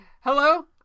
Hello